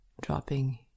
dropping